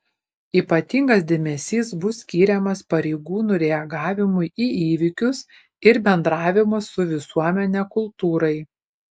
ypatingas dėmesys bus skiriamas pareigūnų reagavimui į įvykius ir bendravimo su visuomene kultūrai